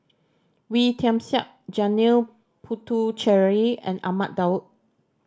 Wee Tian Siak Janil Puthucheary and Ahmad Daud